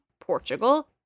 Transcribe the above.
portugal